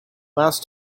last